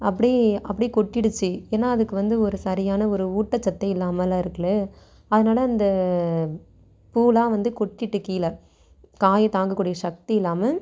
அப்படி அப்படியே கொட்டிடுச்சி ஏன்னா அதுக்கு வந்து ஒரு சரியான ஒரு ஊட்டச்சத்தே இல்லாமலே இருக்குதுல்ல அதனால இந்த பூவெலாம் வந்து கொட்டிட்டு கீழே காய தாங்கக்கூடிய சக்தி இல்லாமல்